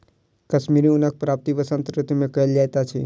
कश्मीरी ऊनक प्राप्ति वसंत ऋतू मे कयल जाइत अछि